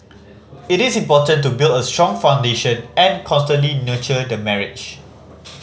it is important to build a strong foundation and constantly nurture the marriage